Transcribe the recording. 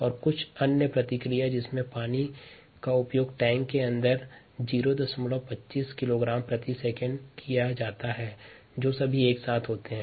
और कुछ अन्य क्रिया जिसमें पानी का उपयोग टैंक के अंदर 025 किलोग्राम प्रति सेकंड किया जाता है जो सभी एक साथ होते हैं